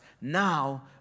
Now